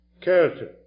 character